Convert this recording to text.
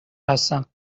هستم